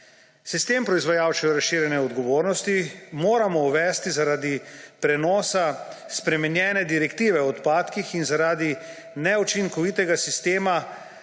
Sistem proizvajalčeve razširjene odgovornosti moramo uvesti zaradi prenosa spremenjene direktive o odpadkih in zaradi v Sloveniji neučinkovitega sistema